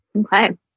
Okay